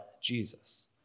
Jesus